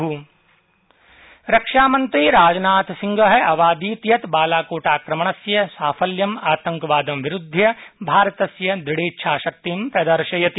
बालाकोटाक्रमणम् रक्षामन्त्री राजनाथ सिंह अवादीत् यत् बालाकोटाक्रमणस्य साफल्यं आतङ्कवादं विरुध्य भारतस्य दृढेच्छाशक्तिं प्रदर्शयति